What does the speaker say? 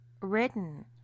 Written